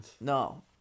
No